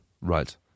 Right